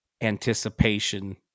anticipation